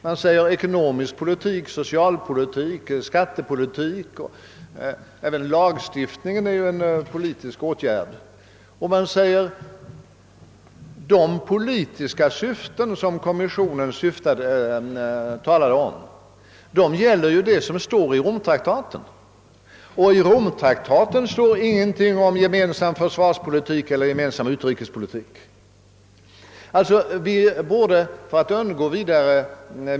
Det talas ju om ekonomisk politik, socialpolitik och skattepolitik; även lagstiftningen är en politisk åtgärd. Man säger nu att de politiska syften som kommissionen nämnde är de som står angivna i Romtraktaten, och i denna står det ingenting om gemensam försvarspolitik eller gemensam utrikespolitik.